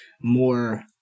more